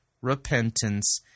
repentance